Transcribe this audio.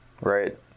right